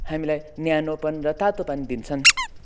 हामीलाई न्यानोपन र तातोपन दिन्छन्